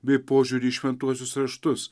bei požiūrį į šventuosius raštus